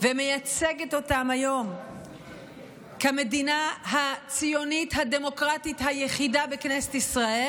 ומייצגת היום כמפלגה הציונית הדמוקרטית היחידה בכנסת ישראל.